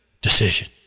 decision